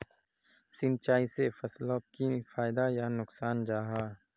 सिंचाई से फसलोक की फायदा या नुकसान जाहा?